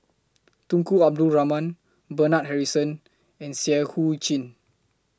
Tunku Abdul Rahman Bernard Harrison and Seah EU Chin